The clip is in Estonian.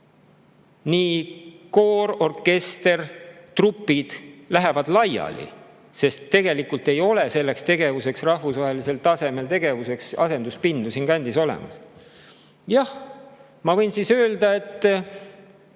Nii koor, orkester kui ka trupid lähevad laiali, sest tegelikult ei ole selliseks rahvusvahelisel tasemel tegevuseks asenduspindu siinkandis olemas. Jah, ma võin öelda, et